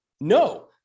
No